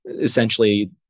Essentially